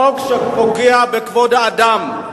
חוק שפוגע בכבוד האדם,